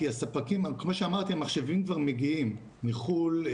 כמו שאמרתי, המחשבים כבר מגיעים מחו"ל.